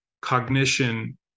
cognition